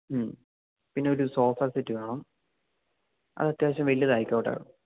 ഉം പിന്നൊരു sofa set വേണം അത് അത്യാവശ്യം വലുതായിക്കോട്ടെ